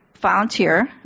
volunteer